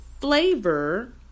flavor